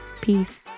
Peace